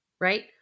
right